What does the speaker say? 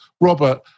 Robert